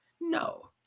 No